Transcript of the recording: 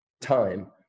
time